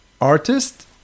artist